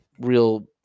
real